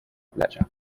playa